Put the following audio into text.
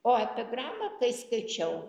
o epigramą kai skaičiau